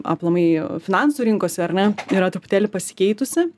aplamai finansų rinkose ar ne yra truputėlį pasikeitusi